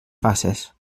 faces